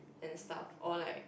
and the stuff all like